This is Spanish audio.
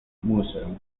museum